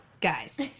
guys